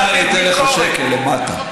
עוד שנייה אני אתן לך שקל, למטה.